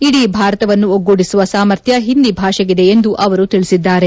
ಇಡೀ ಭಾರತವನ್ನು ಒಗ್ಗೂಡಿಸುವ ಸಾಮರ್ಥ್ನ ಹಿಂದಿ ಭಾಷೆಗಿದೆ ಎಂದು ಅವರು ತಿಳಿಸಿದ್ದಾರೆ